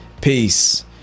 Peace